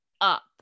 up